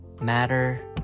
Matter